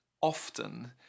often